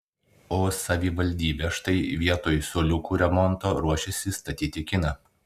o savivaldybė štai vietoj suoliukų remonto ruošiasi statyti kiną